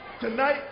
Tonight